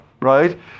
right